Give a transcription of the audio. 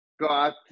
got